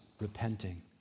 repenting